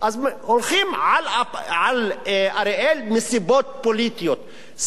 הולכים על אריאל מסיבות פוליטיות.